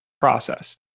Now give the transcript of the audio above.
process